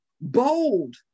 bold